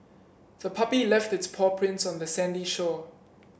the puppy left its paw prints on the sandy shore